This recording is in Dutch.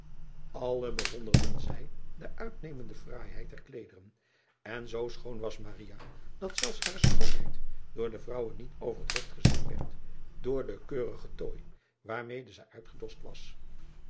lle bewonderden zij de uitnemende fraaiheid der kleederen en zoo schoon was dat zelfs hare schoonheid door de vrouwen niet over het hoofd gezien werd door den keurigen tooi waarmede zij uitgedost was